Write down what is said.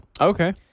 Okay